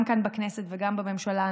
גם כאן בכנסת וגם בממשלה,